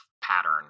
pattern